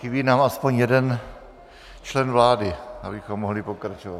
Chybí nám aspoň jeden člen vlády, abychom mohli pokračovat.